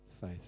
faith